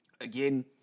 Again